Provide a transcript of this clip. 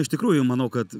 iš tikrųjų manau kad